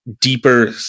deeper